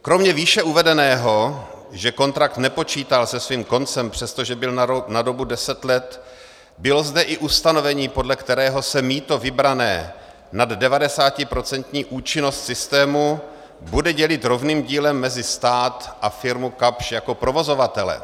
Kromě výše uvedeného, že kontrakt nepočítal se svým koncem, přestože byl na dobu deset let, bylo zde i ustanovení, podle kterého se mýto vybrané nad 90procentní účinnost systému bude dělit rovným dílem mezi stát a firmu Kapsch jako provozovatele.